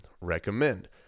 recommend